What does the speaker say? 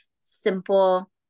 simple